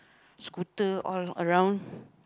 scooter all around